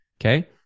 okay